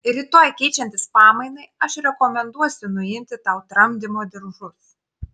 rytoj keičiantis pamainai aš rekomenduosiu nuimti tau tramdymo diržus